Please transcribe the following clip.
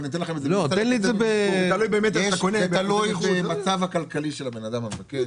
זה תלוי במצב הכלכלי של הבן אדם המבקש,